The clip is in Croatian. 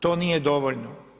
To nije dovoljno.